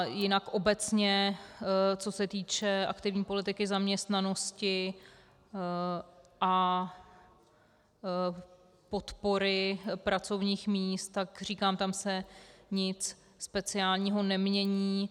Jinak obecně, co se týče aktivní politiky zaměstnanosti a podpory pracovních míst, tak říkám, tam se nic speciálního nemění.